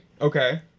Okay